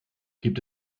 gibt